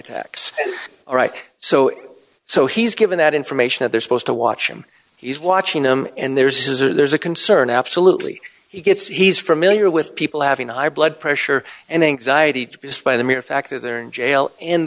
attacks all right so so he's given that information that they're supposed to watch him he's watching them and theirs is a there's a concern absolutely he gets he's from miller with people having high blood pressure and anxiety just by the mere fact that they're in jail